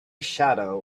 shadow